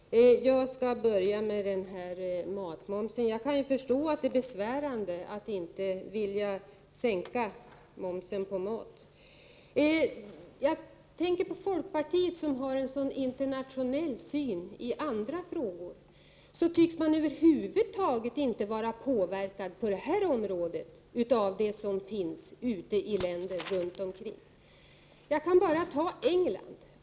Herr talman! Jag skall börja med att säga några ord om matmomsen. Jag kan förstå att det är besvärande att inte vilja sänka momsen på mat. Folkpartiet har ju en så internationell syn på andra frågor, men inom det här området tycks man över huvud taget inte vara påverkad av förhållandena i länder runt omkring oss. Jag kan nämna England som exempel.